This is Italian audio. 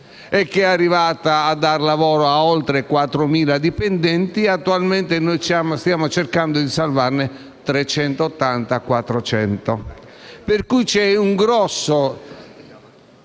Sulcis) è arrivata a dare lavoro a oltre 4.000 dipendenti e attualmente noi stiamo cercando di salvarne 380-400.